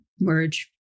merge